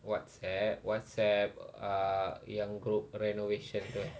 WhatsApp WhatsApp uh yang group renovation itu